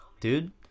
dude